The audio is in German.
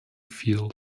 field